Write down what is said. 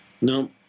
No